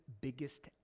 biggest